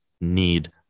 need